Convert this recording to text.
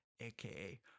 aka